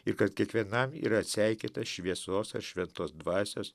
ir kad kiekvienam yra atseikėta šviesos ar šventos dvasios